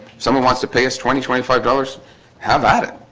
someone wants to pay us twenty twenty five dollars how about it?